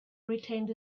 retained